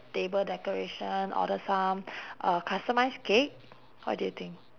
table decoration order some uh customised cake what do you think